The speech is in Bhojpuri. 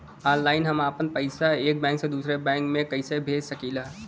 ऑनलाइन हम आपन पैसा एक बैंक से दूसरे बैंक में कईसे भेज सकीला?